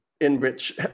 enrich